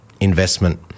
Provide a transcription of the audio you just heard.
investment